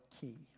key